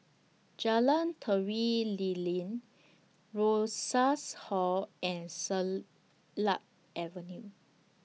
Jalan Tari Lilin Rosas Hall and Avenue